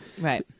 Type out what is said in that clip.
Right